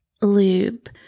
lube